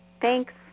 Thanks